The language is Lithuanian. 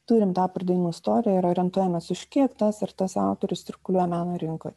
turim tą pardavimų istoriją ir orientuojamės už kiek tas ir tas autorius cirkuliuoja meno rinkoj